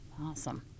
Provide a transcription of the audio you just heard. Awesome